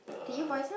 uh